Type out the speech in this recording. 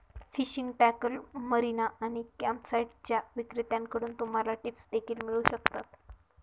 fishing tackle, marina आणि कॅम्पसाइट्सच्या विक्रेत्यांकडून तुम्हाला टिप्स देखील मिळू शकतात